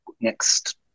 next